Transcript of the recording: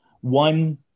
One